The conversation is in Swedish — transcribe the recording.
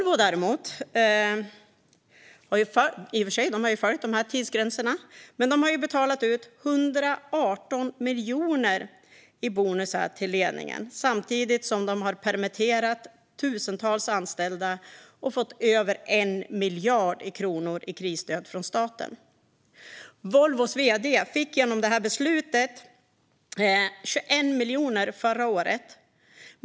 Volvo har i och för sig följt dessa tidsgränser, men de har betalat ut 118 miljoner i bonusar till ledningen samtidigt som de har permitterat tusentals anställda och fått över 1 miljard kronor i krisstöd från staten. Volvos vd fick genom detta beslut 21 miljoner förra året.